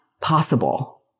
possible